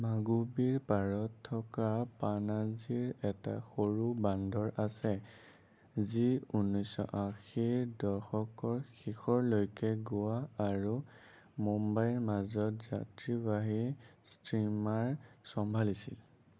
মাণ্ডৱীৰ পাৰত থকা পানাজীৰ এটা সৰু বন্দৰ আছে যি ঊনৈছশ আশীৰ দশকৰ শেষলৈকে গোৱা আৰু মুম্বাইৰ মাজত যাত্ৰীবাহী ষ্টীমাৰ চম্ভালিছিল